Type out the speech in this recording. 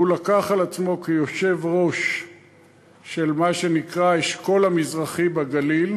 הוא לקח על עצמו כיושב-ראש של מה שנקרא האשכול המזרחי בגליל,